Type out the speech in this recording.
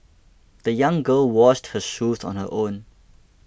the young girl washed her shoes on her own